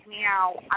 now